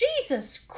jesus